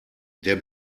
der